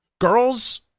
girls